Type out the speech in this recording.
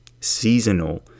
seasonal